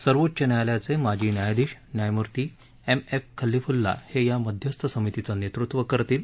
सर्वोच्च न्यायालयाचे माजी न्यायाधीश न्यायमूर्ती एफ एम खलिफुल्ला हे या मध्यस्थ समितीचं नेतृत्व करतील